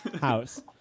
house